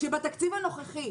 כשבתקציב הנוכחי